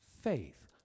faith